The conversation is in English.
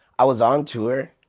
i was on tour,